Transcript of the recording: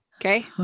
okay